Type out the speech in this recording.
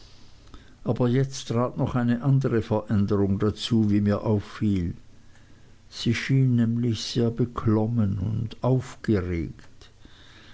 aber jetzt trat noch eine andere veränderung dazu wie mir auffiel sie schien nämlich sehr beklommen und aufgeregt